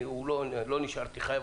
לא נשארתי חייב.